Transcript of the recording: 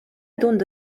tunda